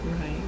right